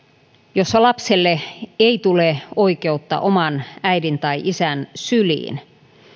jossa lapselle ei tule oikeutta oman äidin tai isän syliin